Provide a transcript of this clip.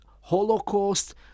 Holocaust